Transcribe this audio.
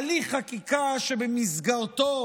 הליך חקיקה שבמסגרתו